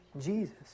Jesus